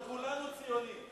אבל אנחנו כולנו ציונים.